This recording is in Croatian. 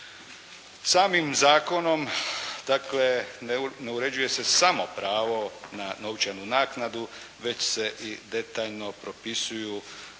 Samim zakonom dakle ne uređuje se samo pravo na novčanu naknadu već se i detaljno propisuju dakle